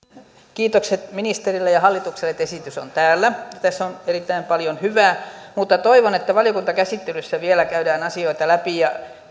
kiitokset ministerille ja hallitukselle että esitys on täällä tässä on erittäin paljon hyvää mutta toivon että valiokuntakäsittelyssä vielä käydään asioita läpi